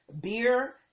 beer